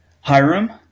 Hiram